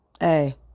hey